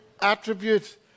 attribute